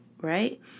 right